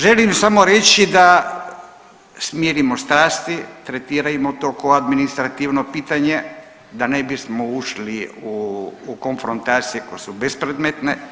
Želim samo reći da smirimo strasti, tretirajmo to ko administrativno pitanje da ne bismo ušli u konfrontacije koje su bespredmetne,